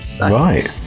right